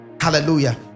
hallelujah